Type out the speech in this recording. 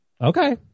Okay